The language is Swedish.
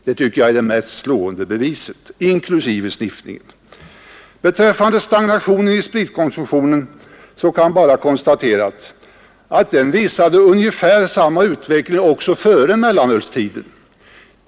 Det tycker jag är det mest slående beviset. Beträffande stagnationen i spritkonsumtionen kan bara konstateras att den visade ungefär samma utveckling också före mellanölstiden.